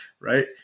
right